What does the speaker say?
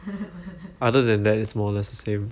other than that it's more or less the same